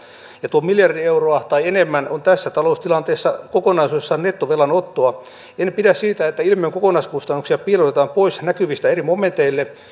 ja tuo miljardi euroa tai enemmän on tässä taloustilanteessa kokonaisuudessaan nettovelanottoa en pidä siitä että ilmiön kokonaiskustannuksia piilotetaan pois näkyvistä eri momenteille